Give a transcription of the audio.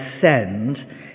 send